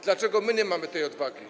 Dlaczego my nie mamy tej odwagi?